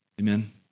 Amen